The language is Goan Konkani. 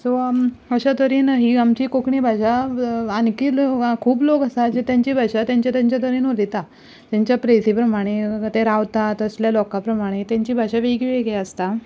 सो अश्या तरेन ही आमची कोंकणी भाशा आनीकूय खूब लोक आसा जे तेंची भाशा तेंचे तेंचे तरेन उलयता तेंच्या प्लेसी प्रमाणें ते रावता तसले लोका प्रमाणें तेंची भाशा वेगळी वेगळी आसता